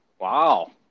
Wow